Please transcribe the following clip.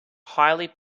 highly